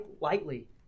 lightly